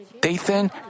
Dathan